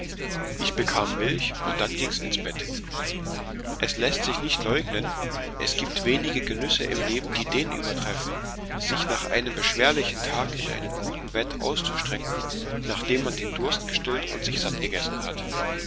ich bekam milch und dann ging's ins bett es läßt sich nicht leugnen es gibt wenige genüsse im leben die den übertreffen sich nach einem beschwerlichen tag in einem guten bett auszustrecken nachdem man den durst gestillt und sich satt gegessen hat